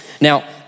Now